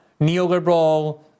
neoliberal